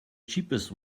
cheapest